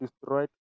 destroyed